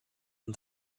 and